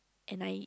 and I